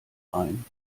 ein